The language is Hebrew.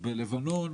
בלבנון,